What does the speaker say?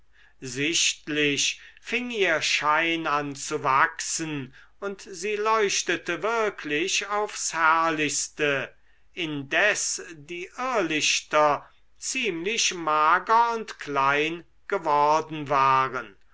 sichtlich fing ihr schein an zu wachsen und sie leuchtete wirklich aufs herrlichste indes die irrlichter ziemlich mager und klein geworden waren